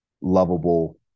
lovable